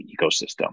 ecosystem